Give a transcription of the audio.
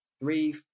three